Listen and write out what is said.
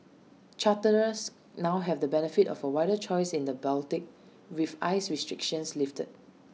charterers now have the benefit of A wider choice in the Baltic with ice restrictions lifted